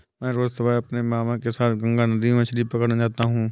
मैं रोज सुबह अपने मामा के साथ गंगा नदी में मछली पकड़ने जाता हूं